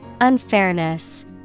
Unfairness